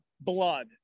blood